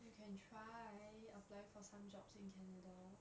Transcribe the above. you can try apply for some jobs in canada